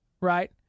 Right